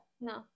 no